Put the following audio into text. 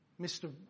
Mr